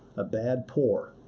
a bad pour.